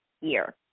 year